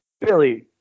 Billy